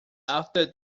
after